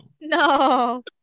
No